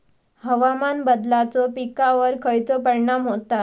हवामान बदलाचो पिकावर खयचो परिणाम होता?